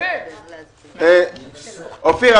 אופיר,